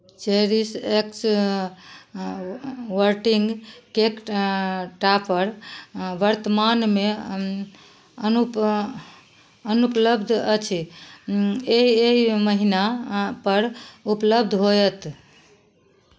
cherish एक्स वर्टिंग cake topper वर्तमानमे अनुप अनुपलब्ध अछि एहि एहि महीनापर उपलब्ध होयत